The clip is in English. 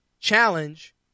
Challenge